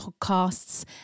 podcasts